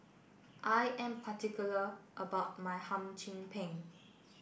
I am particular about my Hum Chim Peng